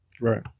right